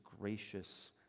gracious